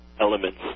elements